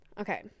okay